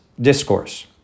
discourse